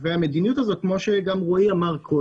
המדיניות הזו, כמו שגם אמר רואי קודם,